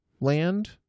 land